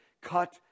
Cut